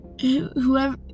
whoever